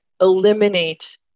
eliminate